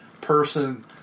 person